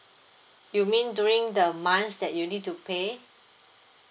you mean during the months that you need to pay